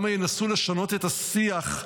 כמה ינסו לשנות את השיח,